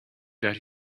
that